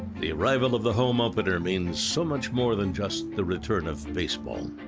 the arrival of the home opener means so much more than just the return of baseball.